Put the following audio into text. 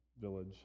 village